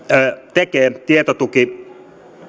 tekee tietotukiyhteistyötä